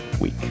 week